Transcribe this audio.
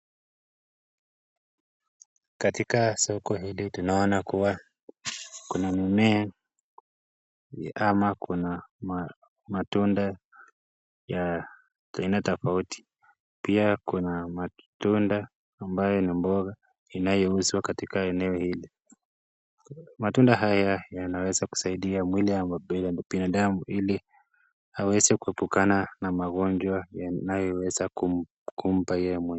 Katika soko hili tunaona kua kuna mimea ama kuna matunda ya aina tofauti. Pia kuna matunda ambaye ni mboga inayouzwa katika eneo hili. Matunda haya yanaweza kusaidia mwili ya binadamu ili aweze kuepukana na magonjwa yanayoweza kumpata.